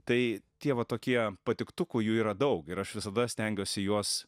tai tie va tokie patiktukų jų yra daug ir aš visada stengiuosi juos